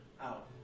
out